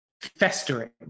festering